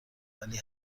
ولی